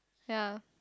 ya